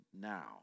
now